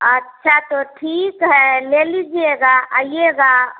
अच्छा तो ठीक है ले लीजिएगा आइएगा